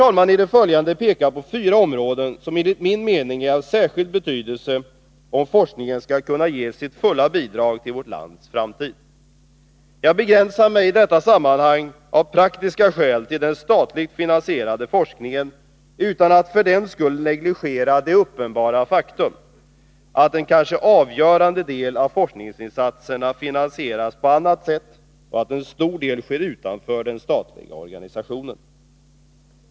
Jag skall i det följande peka på fyra områden som enligt min mening är av särskild betydelse om forskningen skall kunna ge sitt fulla bidrag till vårt lands framtid. Jag begränsar mig i detta sammanhang av praktiska skäl till den statligt finansierade forskningen, utan att för den skull negligera det uppenbara faktum att en kanske avgörande del av forskningsinsatserna finansieras på annat sätt och att en stor del sker utanför den statliga organisationen.